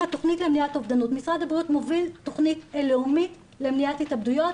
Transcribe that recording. משרד הבריאות מוביל תכנית לאומית למניעת התאבדויות